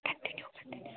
continue continue